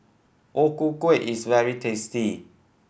O Ku Kueh is very tasty